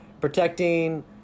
protecting